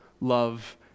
love